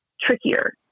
trickier